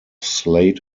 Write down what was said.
slate